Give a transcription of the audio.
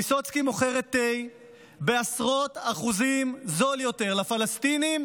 ויסוצקי מוכרת תה בעשרות אחוזים זול יותר לפלסטינים